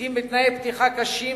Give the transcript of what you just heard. לעתים בתנאי פתיחה קשים,